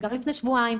גם לפני שבועיים,